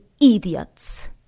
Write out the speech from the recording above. idiots